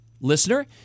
listener